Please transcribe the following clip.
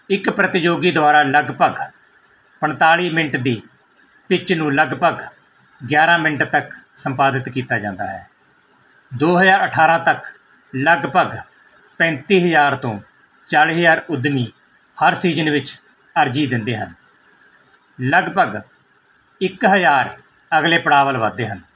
ਇੱਕ ਪ੍ਰਤੀਯੋਗੀ ਦੁਆਰਾ ਲਗਭਗ ਪੰਤਾਲੀ ਮਿੰਟ ਦੀ ਪਿੱਚ ਨੂੰ ਲਗਭਗ ਗਿਆਰਾਂ ਮਿੰਟ ਤੱਕ ਸੰਪਾਦਿਤ ਕੀਤਾ ਜਾਂਦਾ ਹੈ ਦੋ ਹਜ਼ਾਰ ਅਠਾਰਾਂ ਤੱਕ ਲਗਭਗ ਪੈਂਤੀ ਹਜ਼ਾਰ ਤੋਂ ਚਾਲੀ ਹਜ਼ਾਰ ਉਦਮੀ ਹਰ ਸੀਜਨ ਵਿੱਚ ਅਰਜ਼ੀ ਦਿੰਦੇ ਹਨ ਲਗਭਗ ਇੱਕ ਹਜ਼ਾਰ ਅਗਲੇ ਪੜਾਅ ਵੱਲ ਵਧਦੇ ਹਨ